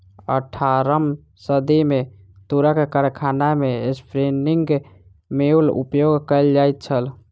अट्ठारम सदी मे तूरक कारखाना मे स्पिन्निंग म्यूल उपयोग कयल जाइत छल